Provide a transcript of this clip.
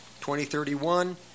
2031